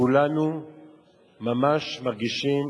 כולנו ממש מרגישים